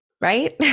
right